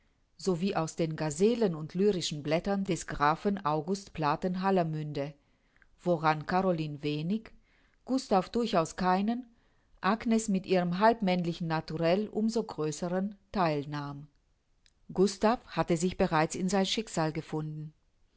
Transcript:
wie aus den ghaselen und lyrischen blättern des grafen august platen hallermünde woran caroline wenig gustav durchaus keinen agnes mit ihrem halbmännlichen naturell um so größeren theil nahm gustav hatte sich bereits in sein schicksal gefunden